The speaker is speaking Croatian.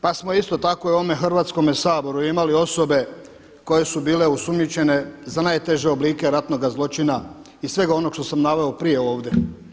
Pa smo isto tako i u ovome Hrvatskome saboru imali osobe koje su bile osumnjičene za najteže oblike ratnoga zločina i svega onog što sam naveo prije ovdje.